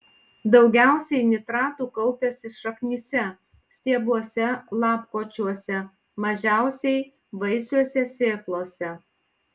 daugiausiai nitratų kaupiasi šaknyse stiebuose lapkočiuose mažiausiai vaisiuose sėklose